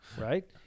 right